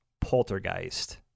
Poltergeist